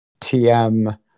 TM